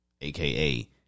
aka